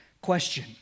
Question